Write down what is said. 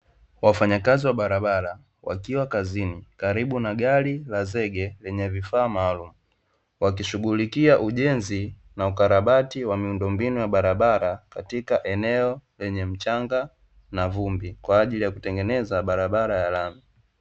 Wafanyakazi wa barabara wakiwa kazini karibu na gari la zege lenye vifaa maalumu, wakishughulikia ujenzi na ukarabati wa miundombinu ya barabara katika eneo lenye mchanga na vumbi kwa ajili ya kutengeneza barabara ya rami.